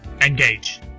Engage